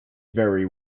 very